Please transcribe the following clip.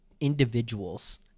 individuals